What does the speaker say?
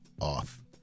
off